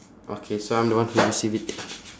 okay so I'm the one who receive it